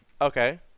Okay